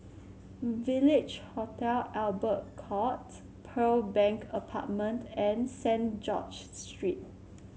Village Hotel Albert Court Pearl Bank Apartment and St George's Lane